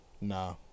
Nah